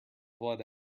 blood